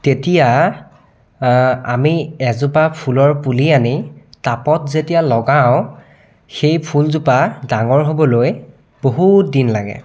তেতিয়া আমি এজোপা ফুলৰ পুলি আনি টাবত যেতিয়া লগাওঁ সেই ফুলজোপা ডাঙৰ হ'বলৈ বহুত দিন লাগে